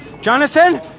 Jonathan